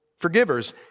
forgivers